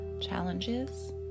challenges